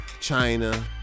China